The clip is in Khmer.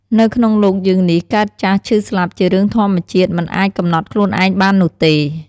នៅក្នុងលោកយើងនេះកើតចាស់ឈឺស្លាប់ជារឿងធម្មជាតិមិនអាចកំណត់ខ្លួនឯងបាននោះទេ។